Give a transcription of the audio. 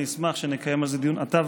אני אשמח שנקיים על זה דיון, אתה ואני.